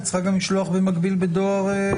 היא צריכה גם לשלוח במקביל בדואר.